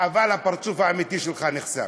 אבל הפרצוף האמיתי שלך נחשף: